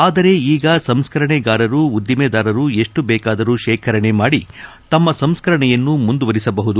ಆದರೆ ಈಗ ಸಂಸ್ಕರಣೆಗಾರರು ಉದ್ದಿಮೆದಾರರು ಎಷ್ಸು ಬೇಕಾದರು ಶೇಖರಣೆ ಮಾಡಿ ತಮ್ನ ಸಂಸ್ಕರಣೆಯನ್ನು ಮುಂದುವರೆಸಬಹುದು